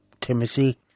Timothy